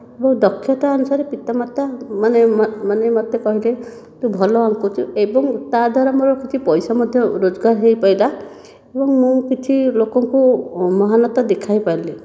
ମୋ ଦକ୍ଷତା ଅନୁସାରେ ପିତା ମାତା ମାନେ ମାନେ ମୋତେ କହିଲେ ତୁ ଭଲ ଆଙ୍କୁଛୁ ଏବଂ ତା ଦ୍ୱାରା ମୋର କିଛି ପଇସା ମଧ୍ୟ ରୋଜଗାର ହୋଇ ପାରିଲା ଏବଂ ମୁଁ କିଛି ଲୋକଙ୍କୁ ମହାନତା ଦେଖାଇ ପାରିଲି